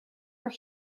were